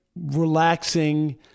relaxing